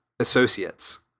associates